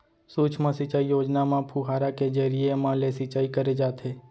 सुक्ष्म सिंचई योजना म फुहारा के जरिए म ले सिंचई करे जाथे